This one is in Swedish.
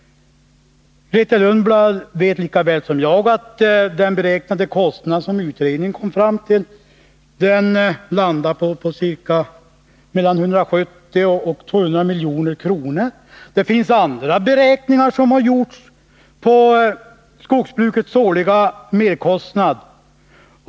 Skogsbrukets årliga merkostnad skulle enligt vad utredningen kom fram till bli 170-200 milj.kr. Det har också gjorts andra beräkningar.